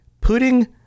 Putting